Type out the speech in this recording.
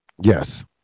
Yes